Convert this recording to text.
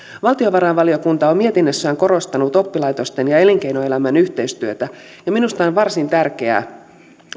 valtiovarainvaliokunta on mietinnössään korostanut oppilaitosten ja elinkeinoelämän yhteistyötä ja minusta on on varsin tärkeää